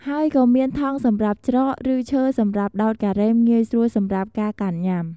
ហើយក៏មាន ថង់សម្រាប់ច្រក ឬឈើសម្រាប់ដោតការ៉េមងាយស្រួលសម្រាប់ការកាន់ញុាំ។